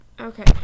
okay